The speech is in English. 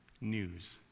news